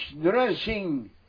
dressing